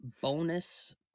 bonus